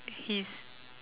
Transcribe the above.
his